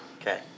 Okay